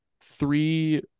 three